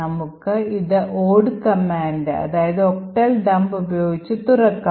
നമുക്ക് ഇത് od command ഉപയോഗിച്ച് തുറക്കാം